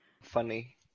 Funny